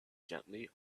gently